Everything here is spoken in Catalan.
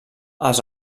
els